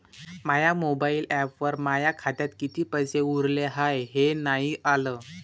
माया mobile ॲपवर माया खात्यात किती पैसे उरले हाय हे नाही आलं